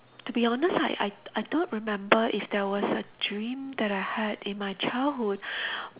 to be honest I I I don't remember if there was a dream that I had in my childhood